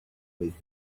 with